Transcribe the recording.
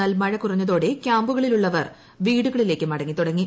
എന്നാൽ മഴകുറഞ്ഞതോടെ ക്യാമ്പുകളിലുള്ളവർ വീടുകളിലേക്ക് മടങ്ങി തുടങ്ങി